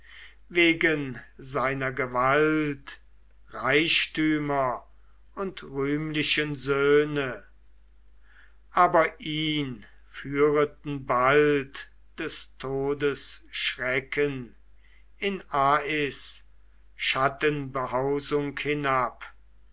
wegen seiner gewalt reichtümer und rühmlichen söhne aber ihn führeten bald des todes schrecken in ais schattenbehausung hinab